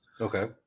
Okay